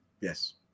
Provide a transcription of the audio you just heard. Yes